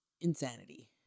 insanity